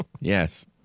Yes